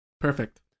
Perfect